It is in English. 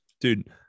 dude